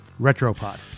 Retropod